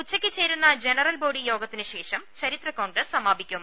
ഉച്ചയ്ക്ക് ചേരുന്ന general body യോഗത്തിന് ശേഷം ചരിത്രകോൺഗ്രസ് സമാപിക്കും